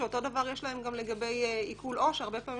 שאותו דבר יש להם גם לגבי עיקול עו"ש; הרבה פעמים